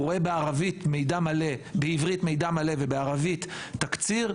רואה בעברית מידע מלא ובערבית תקציר,